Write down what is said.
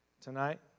tonight